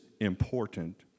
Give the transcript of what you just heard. important